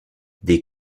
des